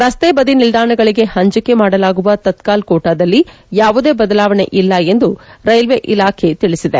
ರಸ್ತೆಬದಿ ನಿಲ್ದಾಣಗಳಿಗೆ ಹಂಚಿಕೆ ಮಾಡಲಾಗುವ ತತ್ಕಾಲ್ ಕೋಟಾದಲ್ಲಿ ಯಾವುದೇ ಬದಲಾವಣೆ ಇಲ್ಲ ಎಂದು ರೈಲ್ವೆ ಇಲಾಖೆ ತಿಳಿಸಿದೆ